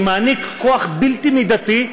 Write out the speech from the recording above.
שמעניק כוח בלתי מידתי,